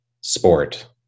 sport